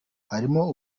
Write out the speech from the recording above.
harimo